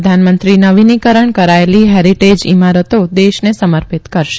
પ્રધાનમંત્રી નવીનીકરણ કરાયેલી હેરીટે ઇમારતો દેશને સમર્પિત કરશે